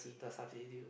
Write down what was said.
the substitute